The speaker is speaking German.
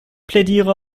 plädiere